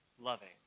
loving